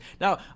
now